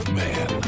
man